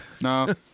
No